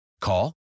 Call